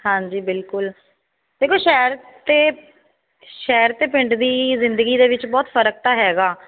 ਹਾਂਜੀ ਬਿਲਕੁਲ ਦੇਖੋ ਸ਼ਹਿਰ ਅਤੇ ਸ਼ਹਿਰ ਅਤੇ ਪਿੰਡ ਦੀ ਜ਼ਿੰਦਗੀ ਦੇ ਵਿੱਚ ਬਹੁਤ ਫ਼ਰਕ ਤਾਂ ਹੈਗਾ